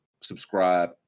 Subscribe